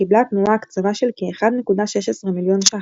קיבלה התנועה הקצבה של כ-1.16 מיליון ש"ח.